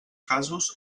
casos